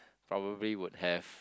probably would have